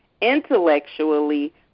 Intellectually